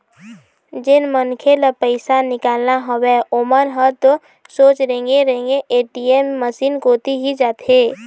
जेन मनखे ल पइसा निकालना हवय ओमन ह तो सोझ रेंगे रेंग ए.टी.एम मसीन कोती ही जाथे